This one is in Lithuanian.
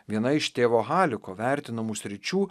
viena iš tėvo haliko vertinamų sričių